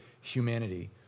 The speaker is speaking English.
humanity